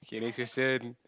okay next question